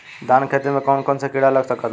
धान के खेती में कौन कौन से किड़ा लग सकता?